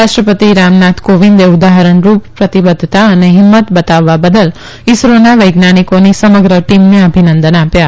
રાષ્ટ્રપતિ રામનાથ કોવિંદે ઉદાહરણ રૂપ પ્રતિબધ્ધતા અને હિંમત બતાવવા બદલ ઈસરોના વૈજ્ઞાનિકોની સમગ્ર ટીમને અભીનંદન આપ્યા